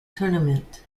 tournament